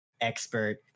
expert